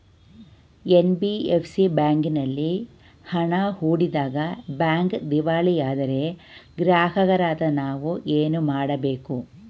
NBFC ಬ್ಯಾಂಕಿನಲ್ಲಿ ಹಣ ಹೂಡಿದಾಗ ಬ್ಯಾಂಕ್ ದಿವಾಳಿಯಾದರೆ ಗ್ರಾಹಕರಾದ ನಾವು ಏನು ಮಾಡಬೇಕು?